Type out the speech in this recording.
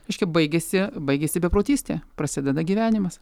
reiškia baigėsi baigėsi beprotystė prasideda gyvenimas